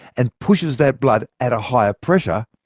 and pushes that blood, at a higher pressure,